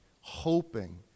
hoping